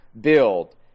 build